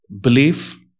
belief